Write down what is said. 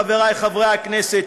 חברי חברי הכנסת,